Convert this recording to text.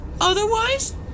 Otherwise